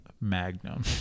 Magnum